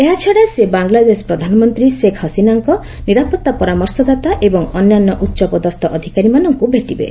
ଏହାଛଡା ସେ ବାଂଲାଦେଶ ପ୍ରଧାନମନ୍ତ୍ରୀ ଶେଖ୍ ହାସିନାଙ୍କ ନିରାପତ୍ତା ପରାମର୍ଶଦାତା ଏବଂ ଅନ୍ୟାନ୍ୟ ଉଚ୍ଚପଦସ୍ଥ ଅଧିକାରୀମାନଙ୍କୁ ଭେଟିବେ